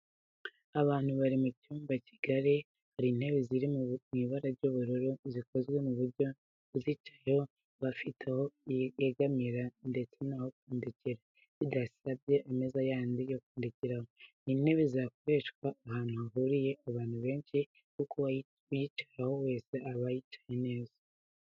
Abantu bari mu cyumba kigari hari intebe ziri mu ibara ry'ubururu zikozwe ku buryo uyicayeho aba afite aho yegamira ndetse n'aho kwandikira bidasabye ameza yandi yo kwandikiraho. Ni intebe zakoreshwa ahantu hahuriye abantu benshi kuko uwayicaraho wese yaba yicaye neza.